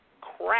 crap